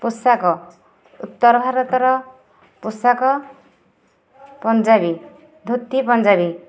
ପୋଷାକ ଉତ୍ତର ଭାରତର ପୋଷାକ ପଞ୍ଜାବୀ ଧୋତି ପଞ୍ଜାବୀ